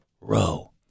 Row